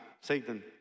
Satan